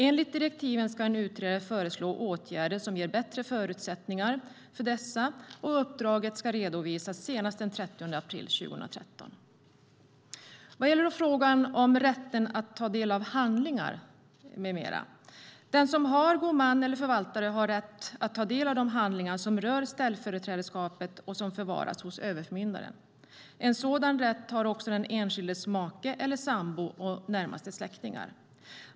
Enligt direktiven ska en utredare föreslå åtgärder som ger bättre förutsättningar för dessa, och uppdraget ska redovisas senast den 30 april 2013. Vad gäller frågan om rätten att ta del av handlingar med mera har den som har god man eller förvaltare rätt att ta del av de handlingar som rör ställföreträdarskapet och som förvaras hos överförmyndaren. En sådan rätt har också den enskildes make eller sambo och närmaste släktingar.